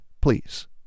please